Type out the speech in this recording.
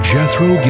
Jethro